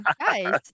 guys